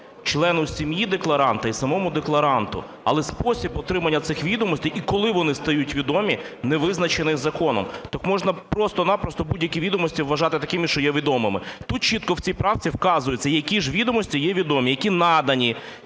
члену сім'ї декларанта і самому декларанту, але спосіб отримання цих відомостей і коли вони стають відомі не визначений законом. Так можна просто-напросто будь-які відомості вважати, що є відомими. Тут чітко в цій правці вказується, які ж відомості є відомі, які надані